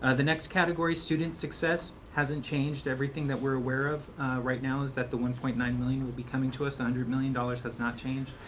ah the next category, student success, hasn't changed. everything that we're aware of right now is that the one point nine million will be coming to us. the one hundred million dollars has not changed.